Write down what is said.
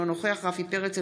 אינו נוכח רפי פרץ,